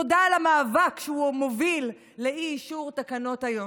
תודה על המאבק שהוא מוביל לאי-אישור תקנות איו"ש.